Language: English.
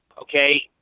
okay